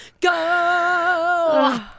Go